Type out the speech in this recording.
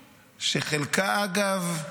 שאגב,